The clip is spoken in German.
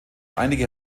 einige